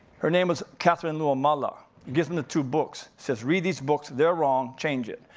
her name was katharine luomala. gives him the two books. says, read these books, they're wrong, change it.